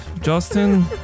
Justin